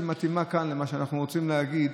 שמתאימה כאן למה שאנחנו רוצים להגיד: